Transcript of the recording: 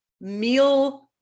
meal